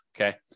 okay